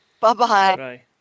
Bye-bye